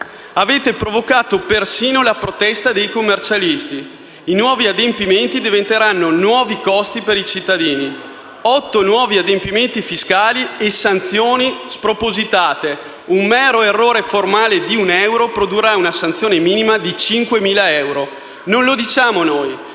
Avete provocato persino la protesta dei commercialisti. I nuovi adempimenti diventeranno nuovi costi per i cittadini. Otto nuovi adempimenti fiscali e sanzioni spropositate: un mero errore formale di un euro produrrà una sanzione minima di 5.000 euro. Non lo diciamo noi: